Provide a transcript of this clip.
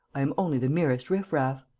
i am only the merest riff-raff.